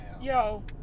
Yo